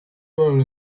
were